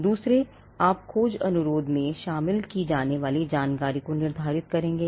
दूसरे आप खोज अनुरोध में शामिल की जाने वाली जानकारी को निर्धारित करेंगे